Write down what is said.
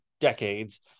decades